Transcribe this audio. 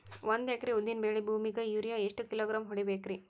ಒಂದ್ ಎಕರಿ ಉದ್ದಿನ ಬೇಳಿ ಭೂಮಿಗ ಯೋರಿಯ ಎಷ್ಟ ಕಿಲೋಗ್ರಾಂ ಹೊಡೀಬೇಕ್ರಿ?